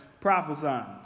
prophesying